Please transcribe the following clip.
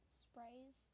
sprays